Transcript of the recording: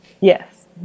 Yes